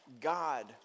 God